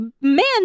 man